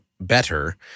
better